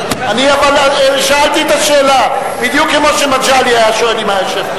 אבל שאלתי את השאלה בדיוק כמו שמגלי היה שואל אם היה יושב פה.